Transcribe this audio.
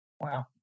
Wow